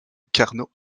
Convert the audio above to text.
carnot